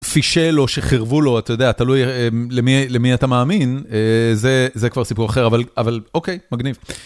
פישל לו, שחירבו לו, אתה יודע, תלוי למי אתה מאמין, זה כבר סיפור אחר, אבל אוקיי, מגניב.